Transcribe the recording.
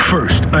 First